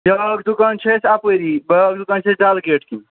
بیٛاکھ دُکان چھُ اَسہِ اَپٲری بیٛاکھ دُکان چھِ اَسہِ ڈلگیٹ کِنۍ